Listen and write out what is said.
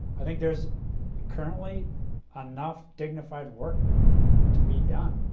i think there's currently enough dignified work to be done.